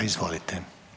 Izvolite.